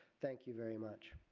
thank you very much.